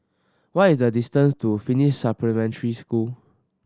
what is the distance to Finnish Supplementary School